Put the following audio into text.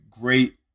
great